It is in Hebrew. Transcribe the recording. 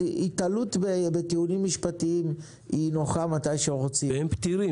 אז היתלות בטיעונים משפטיים היא נוחה מתי שרוצים.